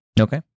Okay